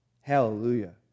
Hallelujah